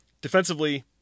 defensively